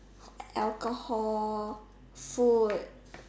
alcohol food